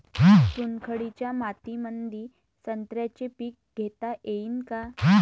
चुनखडीच्या मातीमंदी संत्र्याचे पीक घेता येईन का?